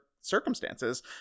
circumstances